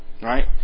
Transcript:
Right